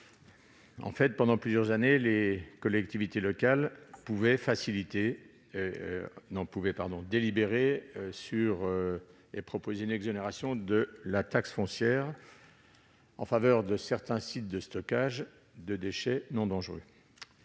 raisons. Pendant plusieurs années, les collectivités territoriales pouvaient décider d'une exonération de taxe foncière en faveur de certains sites de stockage de déchets non dangereux.